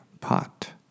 pot